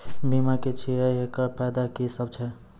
बीमा की छियै? एकरऽ फायदा की सब छै?